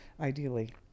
ideally